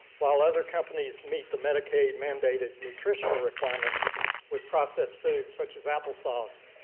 while other companies meet the medicaid-mandated nutritional requirements with processed foods, such as applesauce,